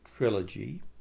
Trilogy